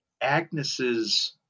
Agnes's